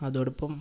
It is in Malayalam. അതോടൊപ്പം